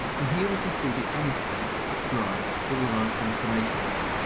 and here we can see the m code that drives all of our transformations.